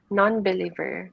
non-believer